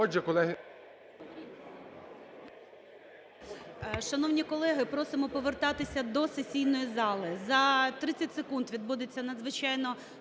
Шановні колеги, просимо повертатись до сесійної зали. За 30 секунд відбудеться надзвичайно